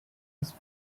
his